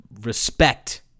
respect